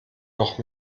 noch